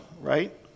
right